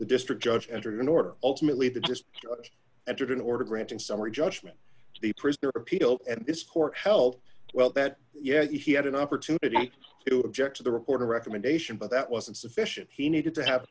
the district judge entered an order ultimately the just entered an order granting summary judgment to the prisoner appeal and this court felt well that yeah he had an opportunity to object to the report a recommendation but that wasn't sufficient he needed to have